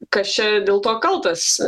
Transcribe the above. kas čia dėl to kaltas